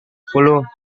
puluh